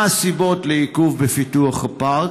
2. מה הסיבות לעיכוב בפיתוח הפארק?